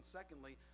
secondly